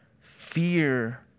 Fear